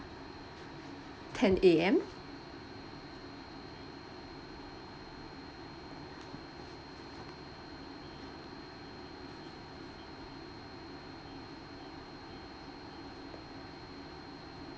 ten A_M